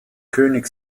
könig